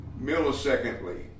millisecondly